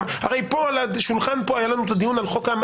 הרי בשולחן פה היה לנו את הדיון על הסמכויות